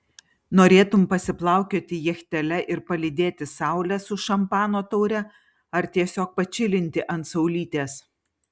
norėtum pasiplaukioti jachtele ir palydėti saulę su šampano taure ar tiesiog pačilinti ant saulytės